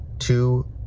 Two